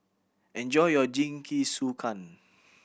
enjoy your Jingisukan